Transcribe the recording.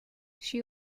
she